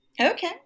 Okay